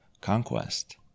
conquest